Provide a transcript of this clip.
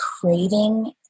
craving